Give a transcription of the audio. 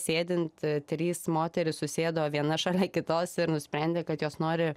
sėdint trys moterys susėdo viena šalia kitos ir nusprendė kad jos nori